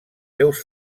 seus